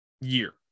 year